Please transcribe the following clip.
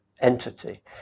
entity